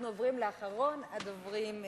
אנחנו עוברים לאחרון הדוברים,